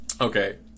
okay